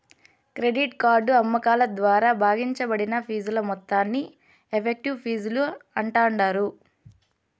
credit card అమ్మకాల ద్వారా భాగించబడిన ఫీజుల మొత్తాన్ని ఎఫెక్టివ్ ఫీజులు అంటాండారు